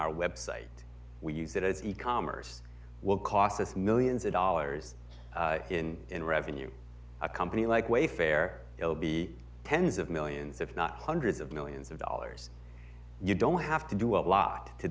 our website we use it as e commerce will cost us millions of dollars in revenue a company like wayfair ill be tens of millions if not hundreds of millions of dollars you don't have to do a lot to